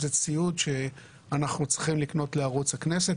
זה ציוד שאנחנו צריכים לקנות לערוץ הכנסת.